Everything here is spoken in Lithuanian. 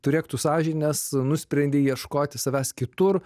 turėk tu sąžinės nusprendei ieškoti savęs kitur